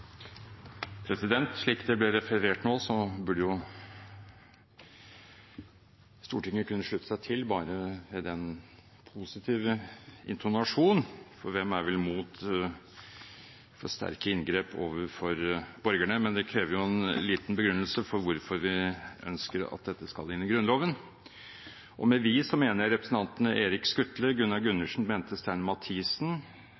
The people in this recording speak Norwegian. vel mot for sterke inngrep overfor borgerne? Men det krever en liten begrunnelse for hvorfor vi ønsker at dette skal inn i Grunnloven. Med vi så mener jeg representantene Erik Skutle, Gunnar